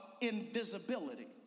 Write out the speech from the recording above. invisibility